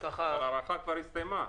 ההארכה כבר הסתיימה,